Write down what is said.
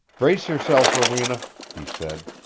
brace yourself, rowena, he said,